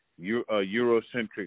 Eurocentric